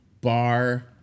bar